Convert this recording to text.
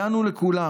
הגענו לכולם.